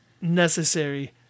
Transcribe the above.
necessary